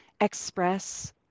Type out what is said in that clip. express